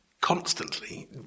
constantly